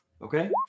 Okay